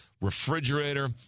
refrigerator